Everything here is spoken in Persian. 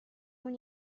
اون